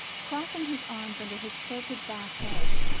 crossing his arms under his tilted-back head,